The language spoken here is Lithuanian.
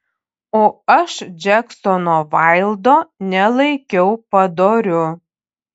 o aš džeksono vaildo nelaikiau padoriu